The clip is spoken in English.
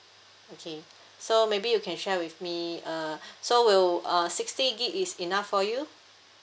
okay so maybe you can share with me uh so we'll uh sixty gigabyte is enough for you